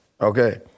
okay